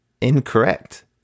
incorrect